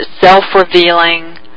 self-revealing